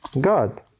God